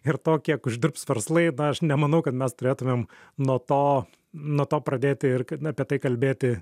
ir to kiek uždirbs verslai na aš nemanau kad mes turėtumėm nuo to nuo to pradėti ir apie tai kalbėti